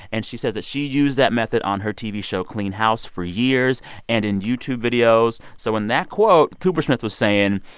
and she says that she used that method on her tv show clean house for years and in youtube videos. so in that quote, koopersmith was saying,